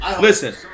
listen